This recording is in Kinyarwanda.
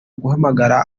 guhamagara